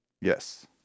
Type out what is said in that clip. Yes